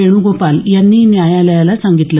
वेण्गोपाल यांनी न्यायालयाला सांगितलं